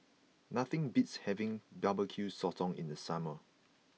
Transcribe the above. nothing beats having Barbecue Sotong in the summer